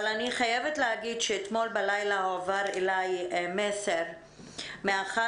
אבל אני חייבת להגיד שאתמול בלילה הועבר אלי מסר מאחת